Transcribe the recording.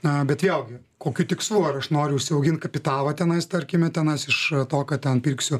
na bet vėlgi kokiu tikslu ar aš noriu užsiaugint kapitalą tenais tarkime tenais iš to kad ten pirksiu